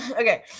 okay